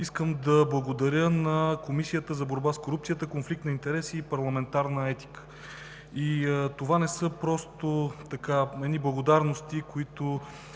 Искам да благодаря на Комисията за борба с корупцията, конфликт на интереси и парламентарна етика. Това не са просто едни благодарности, които